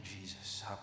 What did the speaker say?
Jesus